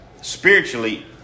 spiritually